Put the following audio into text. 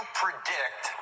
predict